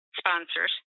sponsors